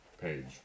page